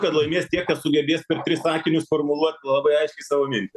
kad laimės tie kas sugebės per tris sakinius formuluot labai aiškiai savo mintį